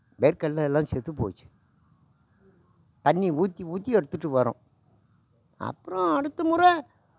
வேர்க்கடலை எல்லாம் செத்து போச்சு தண்ணி ஊற்றி ஊற்றி எடுத்துட்டு வர்றோம் அப்புறம் அடுத்த முறை